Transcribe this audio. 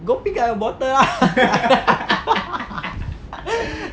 go pick up your bottle ah